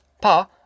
Pa